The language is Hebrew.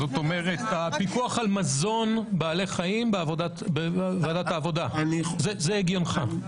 כלומר הפיקוח על מזון בעלי חיים בוועדת העבודה - זה הגיונך.